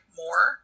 more